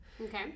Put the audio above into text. Okay